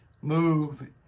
Move